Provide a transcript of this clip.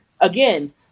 Again